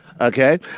Okay